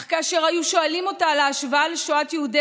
אך כאשר היו שואלים אותה על ההשוואה לשואת יהודי